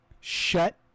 Shut